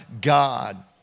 God